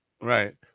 Right